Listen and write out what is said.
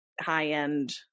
high-end